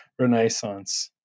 renaissance